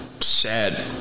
sad